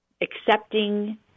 accepting